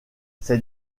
ses